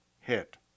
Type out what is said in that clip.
hit